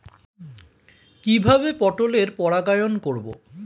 কিভাবে পটলের পরাগায়ন করব?